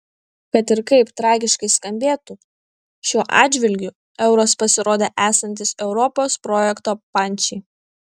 kad ir kaip tragiškai skambėtų šiuo atžvilgiu euras pasirodė esantis europos projekto pančiai